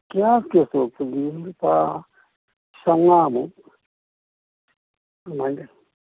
ꯒ꯭ꯌꯥꯁꯀꯤ ꯁ꯭ꯇꯣꯞꯇꯨꯗꯤ ꯂꯨꯄꯥ ꯆꯃꯉꯥꯃꯨꯛ ꯑꯗꯨꯃꯥꯏ ꯂꯩ